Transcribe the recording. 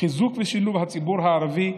חיזוק ושילוב הציבור הערבי,